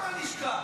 מה עם הלשכה?